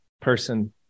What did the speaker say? person